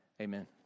amen